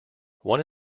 one